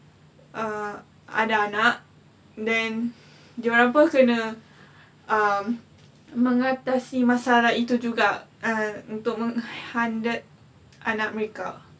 err ada anak then dia orang apa kena um mengatasi masalah itu juga err untuk menghandle anak mereka